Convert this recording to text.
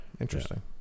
Interesting